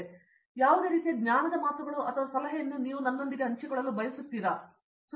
ನಿಮಗೆ ಯಾವುದೇ ರೀತಿಯ ಜ್ಞಾನದ ಮಾತುಗಳು ಅಥವಾ ಸಲಹೆಯನ್ನು ನೀವು ನನ್ನೊಂದಿಗೆ ಹಂಚಿಕೊಳ್ಳಲು ಬಯಸುತ್ತೀರಿ ಎಂದು ತಿಳಿದಿರುವಿರಾ